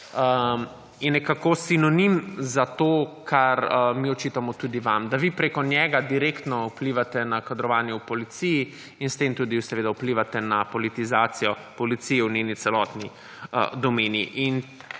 je nekako sinonim za to, kar mi očitamo tudi vam, da vi preko njega direktno vplivate na kadrovanje v policiji in s tem tudi vplivate na politizacijo policije v njeni celotni domeni.